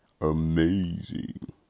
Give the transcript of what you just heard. amazing